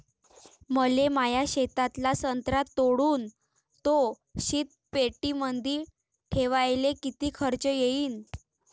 मले माया शेतातला संत्रा तोडून तो शीतपेटीमंदी ठेवायले किती खर्च येईन?